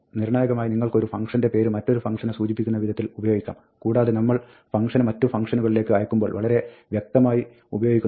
നിർണ്ണായകമായി നിങ്ങൾക്ക് ഒരു ഫംഗ്ഷന്റെ പേര് മറ്റൊരു ഫംഗ്ഷനെ സൂചിപ്പിക്കുന്ന വിധത്തിൽ ഉപയോഗിക്കാം കൂടാതെ നമ്മൾ ഫംഗ്ഷനെ മറ്റു ഫംഗ്ഷനുകളിലേക്ക് അയക്കുമ്പോൾ വളരെ വ്യക്തമായി ഉപയോഗിക്കുന്നുണ്ട്